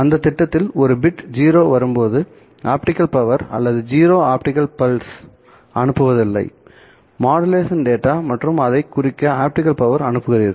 அந்த திட்டத்தில் ஒரு பிட் 0 வரும்போது ஆப்டிகல் பவர் அல்லது 0 ஆப்டிகல் பல்ஸ் அனுப்புவதில்லை மாடுலேஷன் டேட்டா மற்றும் அதைக் குறிக்க ஆப்டிகல் பவர் அனுப்புகிறீர்கள்